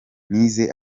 nize